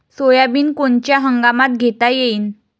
Soybean कोनच्या हंगामात घेता येईन?